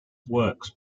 works